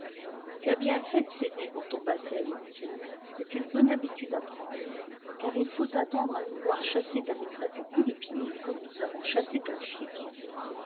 tu as bien fait de céder pour ton basset martial c'est une bonne habitude à prendre car il faut t'attendre à nous voir chasser ta maîtresse à coups de pied comme nous avons chassé ton chien